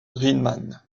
riemann